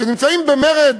שנמצאים במרד